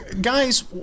guys